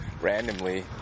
randomly